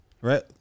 right